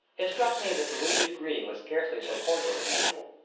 it struck me that luigi's greeting was scarcely so cordial as usual.